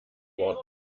worten